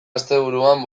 asteburuan